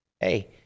hey